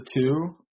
two